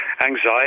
anxiety